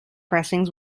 pressings